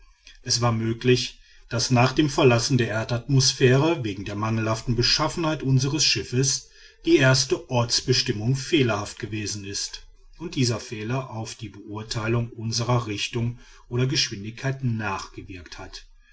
es war möglich daß nach dem verlassen der erdatmosphäre wegen der mangelhaften beschaffenheit unsres schiffes die erste ortsbestimmung fehlerhaft gewesen ist und dieser fehler auf die beurteilung unsrer richtung oder geschwindigkeit nachgewirkt hat